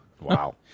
Wow